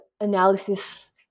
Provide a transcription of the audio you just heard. analysis